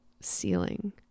ceiling